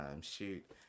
Shoot